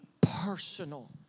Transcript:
personal